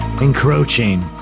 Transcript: encroaching